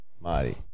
Marty